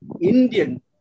Indian